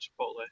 chipotle